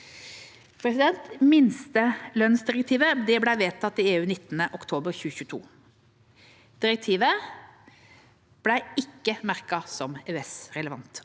der vi kan. Minstelønnsdirektivet ble vedtatt i EU den 19. oktober 2022. Direktivet ble ikke merket som EØSrelevant.